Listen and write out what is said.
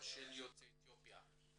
מיטבי של יוצאי אתיופיה.